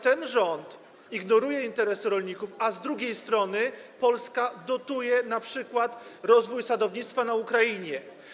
Ten rząd ignoruje interesy rolników, a z drugiej strony Polska dotuje np. rozwój sadownictwa na Ukrainie.